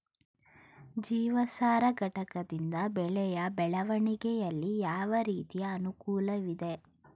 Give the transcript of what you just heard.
ಜೀವಸಾರ ಘಟಕದಿಂದ ಬೆಳೆಯ ಬೆಳವಣಿಗೆಯಲ್ಲಿ ಯಾವ ರೀತಿಯ ಅನುಕೂಲವಿದೆ?